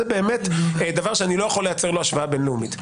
זה באמת דבר שאני לא יכול לייצר לו השוואה בין-לאומית.